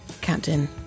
Captain